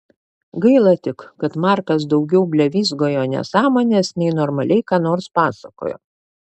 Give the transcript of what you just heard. gaila tik kad markas daugiau blevyzgojo nesąmones nei normaliai ką nors pasakojo